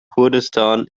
kurdistan